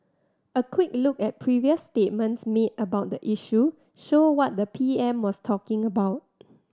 a quick look at previous statements made about the issue show what the P M was talking about